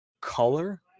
color